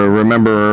remember